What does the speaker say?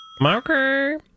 marker